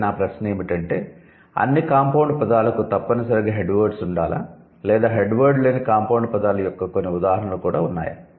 అయితే నా ప్రశ్న ఏమిటంటే అన్ని 'కాంపౌండ్' పదాలకు తప్పనిసరిగా 'హెడ్ వర్డ్స్' ఉండాలా లేదా 'హెడ్ వర్డ్' లేని 'కాంపౌండ్' పదాల యొక్క కొన్ని ఉదాహరణలు కూడా ఉన్నాయా